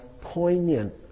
poignant